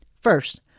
first